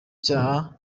cyaha